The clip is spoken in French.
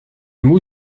moue